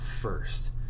first